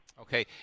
Okay